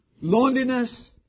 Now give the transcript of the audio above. Loneliness